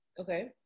Okay